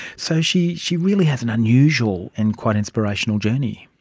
so she she really has an unusual and quite inspirational journey.